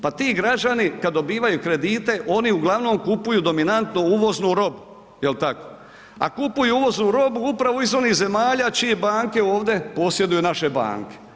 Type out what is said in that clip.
Pa ti građani kad dobivaju kredite oni uglavnom kupuju dominantnu uvoznu robu, jel tako, a kupuju uvoznu robu upravo iz onih zemalja čije banke ovdje posjeduju naše banke.